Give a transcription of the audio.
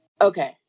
Okay